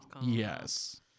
Yes